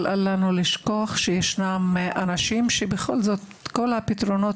אבל אסור לנו לשכוח שישנם אנשים שבכל זאת כל הפתרונות